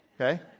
Okay